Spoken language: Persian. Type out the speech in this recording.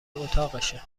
اتاقشه